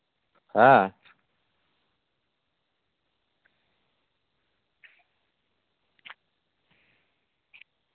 ᱦᱮᱸ